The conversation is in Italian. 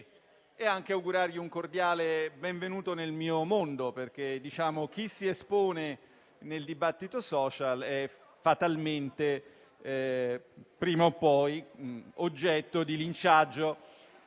e anche augurargli un cordiale benvenuto nel mio mondo. Chi si espone nel dibattito *social* è fatalmente, prima o poi, oggetto di linciaggio.